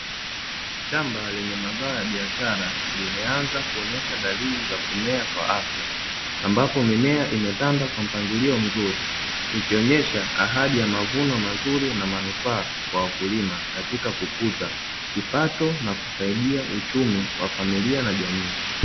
Shamba lenye mazao ya biashara, limeanza kuonyesha dalili za kumea kwa afya, ambapo mimea imetanda kwa mpangilio mzuri, ikionyesha ahadi ya mavuno mazuri na manufaa kwa wakulima katika kukuza kipato na kusaidia uchumi wa familia na jamii.